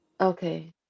okay